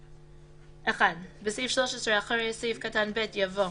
כאילו, (1)בסעיף 13, אחרי סעיף קטן (ב) יבוא: